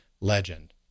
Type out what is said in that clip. legend